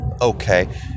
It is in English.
okay